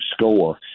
score